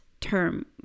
term